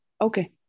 okay